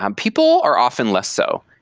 um people are often less so.